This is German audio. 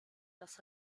das